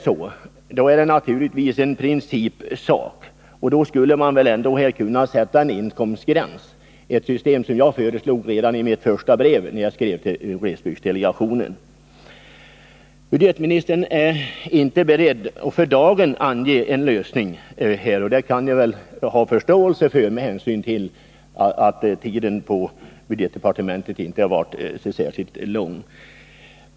För att skilja den yrkesmässiga plockningen från den hobbybetonade skulle man kunna sätta en inkomstgräns, ett system som jag föreslog redan i mitt första brev till glesbygdsdelegationen. Budgetministern är för dagen inte beredd att ange en lösning. Det kan jag ha förståelse för med hänsyn till att hans tid i budgetdepartementet ännu inte är särskilt lång.